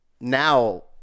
now